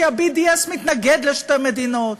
כי ה-BDS מתנגד לשתי מדינות,